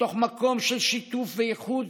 מתוך מקום של שיתוף ואיחוד,